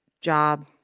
job